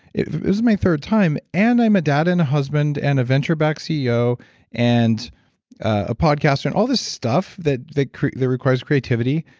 it was my third time, and i'm a dad and a husband and a venture backed ceo and a podcaster and all this stuff that that requires creativity.